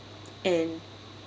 and